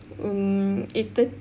mm eight thir~